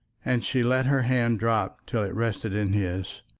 and she let her hand drop till it rested in his.